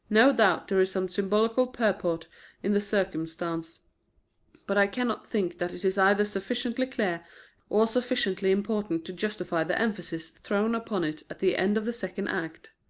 no doubt there is some symbolical purport in the circumstance but i cannot think that it is either sufficiently clear or sufficiently important to justify the emphasis thrown upon it at the end of the second act.